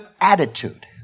attitude